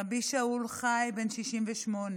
רבי שאול חי, בן 68,